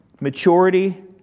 maturity